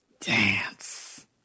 Dance